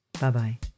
Bye-bye